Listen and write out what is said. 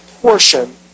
portion